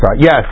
Yes